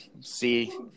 see